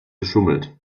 geschummelt